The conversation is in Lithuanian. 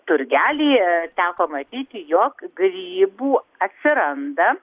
turgelyje teko matyti jokių grybų atsiranda